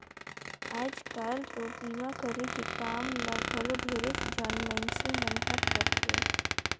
आयज कायल तो बीमा करे के काम ल घलो ढेरेच झन मइनसे मन हर करथे